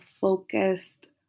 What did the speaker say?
focused